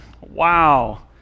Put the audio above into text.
Wow